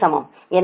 எனவே r 0